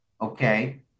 Okay